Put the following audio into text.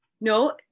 No